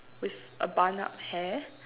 with a bun up hair